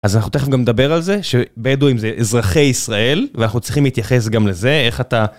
אז אנחנו תכף גם נדבר על זה, שבדואים זה אזרחי ישראל, ואנחנו צריכים להתייחס גם לזה, איך אתה